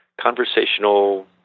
conversational